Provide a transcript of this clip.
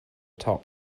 top